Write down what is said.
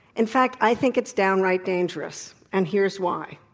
in fact, i think it's downright dangerous, and here's why.